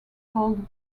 called